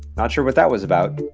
not sure what that was about